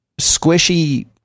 squishy